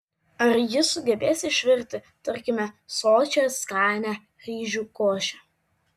ar jis sugebės išvirti tarkime sočią skanią ryžių košę